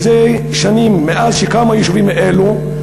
מזה שנים, מאז שקמו היישובים האלו,